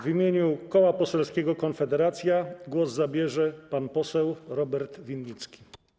W imieniu Koła Poselskiego Konfederacja głos zabierze pan poseł Robert Winnicki.